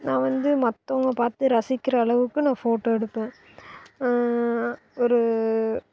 நான் வந்து மற்றவங்க பார்த்து ரசிக்கிற அளவுக்கு நான் ஃபோட்டோ எடுப்பேன் ஒரு